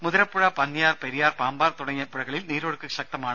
മുതിരപ്പുഴ പന്നിയാർ പെരിയാർ പാമ്പാർ തുടങ്ങിയ പുഴകളിൽ നീരൊഴുക്ക് ശക്തമാണ്